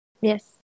Yes